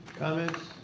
comments,